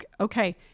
okay